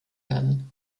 werden